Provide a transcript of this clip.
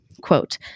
Quote